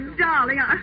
darling